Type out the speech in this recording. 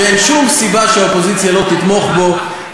שאין שום סיבה שהאופוזיציה לא תתמוך בה.